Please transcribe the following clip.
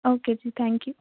okay ਜੀ thank you